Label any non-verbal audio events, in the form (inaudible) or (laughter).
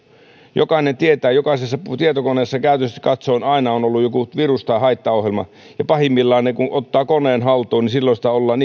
jokainen tietää että jokaisessa tietokoneessa käytännöllisesti katsoen aina on ollut joku virus tai haittaohjelma ja pahimmillaan kun ottaa koneen haltuun silloin sitä ollaan (unintelligible)